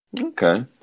okay